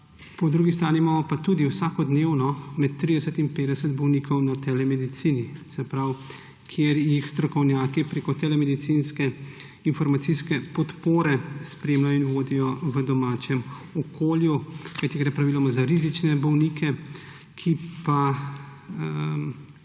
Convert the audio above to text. Po drugi strani pa imamo tudi vsakodnevno med 30 in 50 bolnikov na telemedicini, kjer jih strokovnjaki preko telemedicinske informacijske podpore spremljajo in vodijo v domačem okolju, kajti gre praviloma za rizične bolnike, ki pa